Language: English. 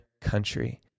country